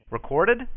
Recorded